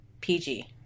PG